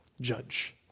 judge